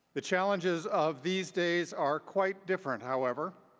the challenges of these days are quite different, however,